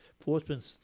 enforcement